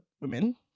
women